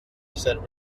said